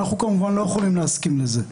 אנחנו כמובן לא יכולים להסכים לזה.